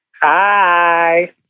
Hi